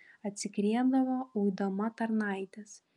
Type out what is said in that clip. atsigriebdavo uidama tarnaites